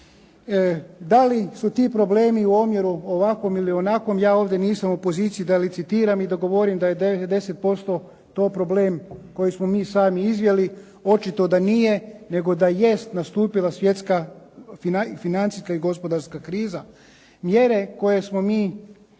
Da li su ti problemi u omjeru ovakvom ili onakvom? Ja ovdje nisam u poziciji da licitiram i da govorim da je 90% to problem koji smo mi sami izjeli, očito da nije, nego da jest nastupila svjetska financijska i gospodarska kriza. Mjere koje smo mi,